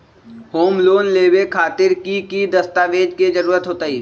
Home loan लेबे खातिर की की दस्तावेज के जरूरत होतई?